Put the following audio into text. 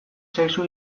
sexu